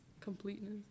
completeness